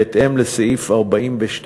בהתאם לסעיף 42(א)